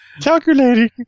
Calculating